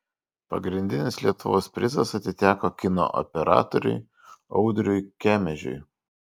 pagrindinis lietuvos prizas atiteko kino operatoriui audriui kemežiui